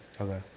okay